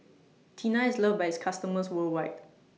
Tena IS loved By its customers worldwide